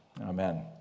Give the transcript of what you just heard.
Amen